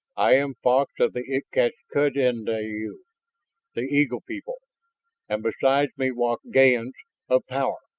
i am fox of the itcatcudnde'yu the eagle people and beside me walk ga'ns of power.